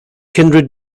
kindred